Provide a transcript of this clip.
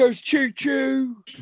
choo-choo